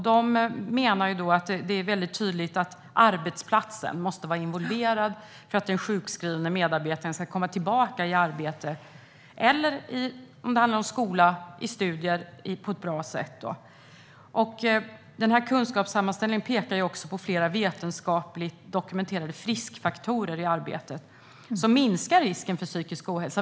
De menar att det är väldigt tydligt att arbetsplatsen måste vara involverad för att den sjukskrivna medarbetaren ska komma tillbaka i arbete eller, om det handlar om skola, i studier på ett bra sätt. Denna kunskapssammanställning pekar också på flera vetenskapligt dokumenterade friskfaktorer i arbetet som minskar risken för psykisk ohälsa.